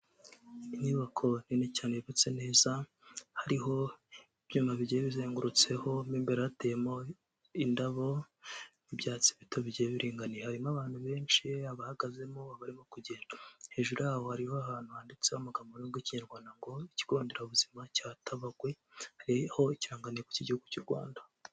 Inyubako nini cyane yubatse neza hariho ibyuma bigiye bizengurutseho mo imbere hateyemo indabo n'ibyatsi bito bigiye biringaniye, harimo abantu benshi abahagazemo barimo kugenda hejuru yabo hariho ahantu handitseho amagambo y'ururimi rw'ikinyarwanda ngo ikigo nderabuzima cya Tabagwe hariho ikirangantego cy'igihugu cy'u Rwanda.